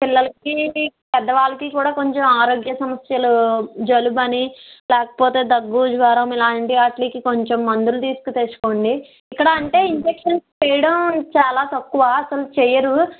పిల్లలకి పెద్ద వాళ్ళకి కూడా కొంచెం ఆరోగ్య సమస్యలు జలుబు అని లేకపోతే దగ్గు జ్వరం ఇలాంటి వాట్లికి కొంచెం మందులు తెలుసు తెచ్చుకోండి ఇక్కడ అంటే ఇన్ఫెక్షన్స్ చేయడం చాలా తక్కువ అస్సలు చెయ్యరు